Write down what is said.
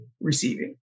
receiving